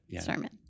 Sermon